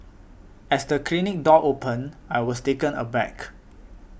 as the clinic door opened I was taken aback